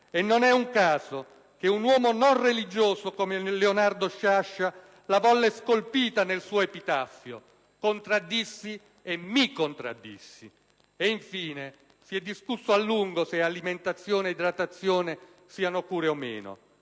e non è un caso che un uomo non religioso come Leonardo Sciascia la volle scolpita nel suo epitaffio: «Contraddissi e mi contraddissi». E infine, si è discusso a lungo se alimentazione e idratazione siano cure o meno: